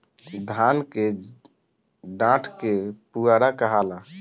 धान के डाठ के पुआरा कहाला